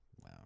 Wow